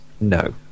no